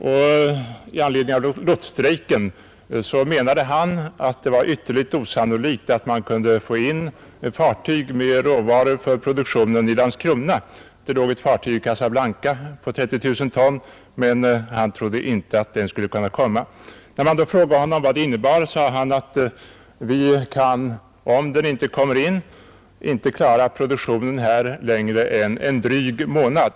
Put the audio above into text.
Direktör Mårtensson sade då att det med hänsyn till den pågående lotsstrejken var ytterst osannolikt att man kunde få in några fartyg med råvaror för produktionen i Landskrona. Det låg ett fartyg om 30 000 ton i Casablanca, men han trodde inte att det skulle kunna komma till Landskrona utan lots. När man då frågade vad detta kunde innebära, svarade direktör Mårtensson att om fartyget inte kom in till Landskrona, så kunde man där inte fortsätta produktionen längre än en dryg månad.